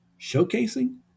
showcasing